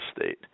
state